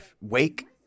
wake